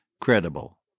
credible